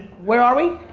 where are we?